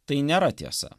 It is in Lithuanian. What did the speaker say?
tai nėra tiesa